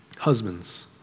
Husbands